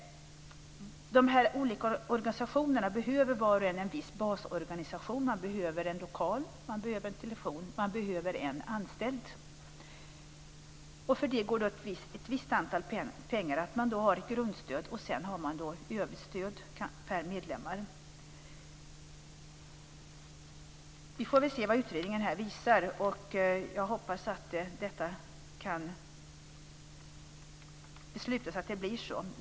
De olika organisationerna behöver var och en en viss basorganisation. De behöver en lokal, en telefon och en anställd. För det går det åt en viss summa pengar, och man har ett grundstöd och övrigt stöd per medlem. Vi får väl se vad utredningen visar, men jag hoppas att det kan beslutas att det blir så.